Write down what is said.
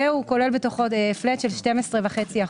וכולל בתוכו פלאט של 12.5%,